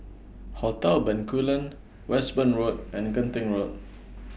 Hotel Bencoolen Westbourne Road and Genting Road